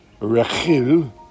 rechil